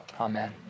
Amen